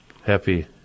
Happy